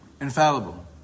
infallible